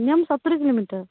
minimum ସତୁରି kilometre